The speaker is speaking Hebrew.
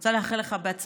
אני רוצה לאחל לך הצלחה,